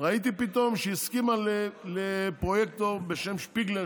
ראיתי פתאום שהיא הסכימה לפרויקטור בשם שפיגלר,